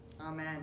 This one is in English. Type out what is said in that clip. Amen